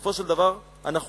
בסופו של דבר אנחנו